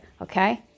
okay